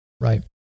right